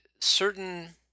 certain